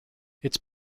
its